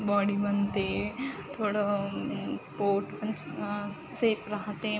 body बनते थोडं पोट पण सा सेफ राहते